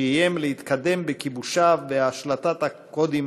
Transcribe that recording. שאיים להתקדם בכיבושיו ובהשלטת הקודים